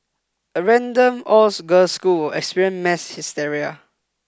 a random all girls school experience mass hysteria